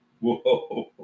Whoa